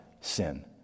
sin